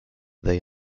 they